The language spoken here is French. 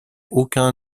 aucun